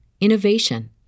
innovation